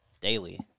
Daily